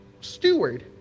steward